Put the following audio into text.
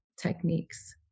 techniques